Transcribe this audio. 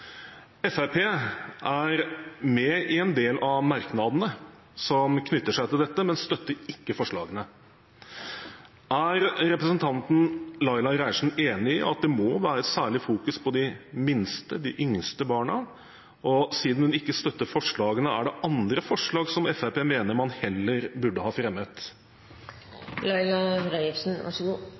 Fremskrittspartiet er med på en del av merknadene som knytter seg til dette, men støtter ikke forslagene. Er representanten Laila Marie Reiertsen enig i at det må være et særlig fokus på de minste, de yngste, barna. Og siden hun ikke støtter forslagene, er det andre forslag Fremskrittspartiet mener man heller burde ha